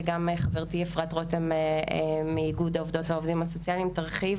וחברתי אפרת רותם מאיגוד העובדות והעובדים הסוציאליים תרחיב